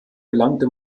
gelangte